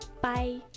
Bye